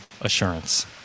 assurance